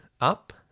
up